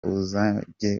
uzajye